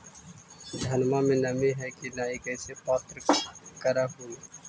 धनमा मे नमी है की न ई कैसे पात्र कर हू?